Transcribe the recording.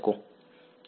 તે ક્યાંકથી આવવું જોઈએ